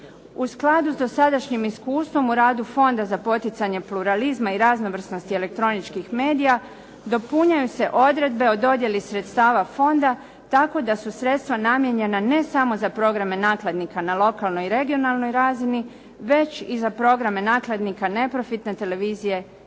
U skladu s dosadašnjim iskustvom u radu Fonda za poticanje pluralizma i raznovrsnosti elektroničkih medija dopunjuju se odredbe o dodjeli sredstava fonda tako da su sredstva namijenjena ne samo za programe nakladnika na lokalnoj i regionalnoj razini već i za programe nakladnika neprofitne televizije